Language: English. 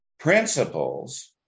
principles